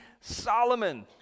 Solomon